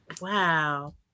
Wow